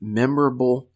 memorable